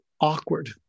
awkward